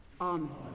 Amen